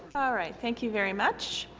all right thank you very much.